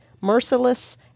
merciless